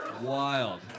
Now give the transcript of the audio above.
Wild